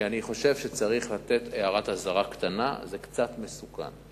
ואני חושב שצריך לתת הערת אזהרה קטנה: זה קצת מסוכן.